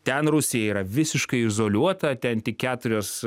ten rusija yra visiškai izoliuota ten tik keturios